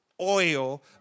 oil